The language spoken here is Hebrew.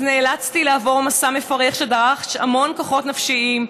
אז נאלצתי לעבור מסע מפרך שדרש המון כוחות נפשיים,